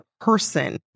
person